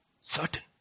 certain